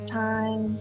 time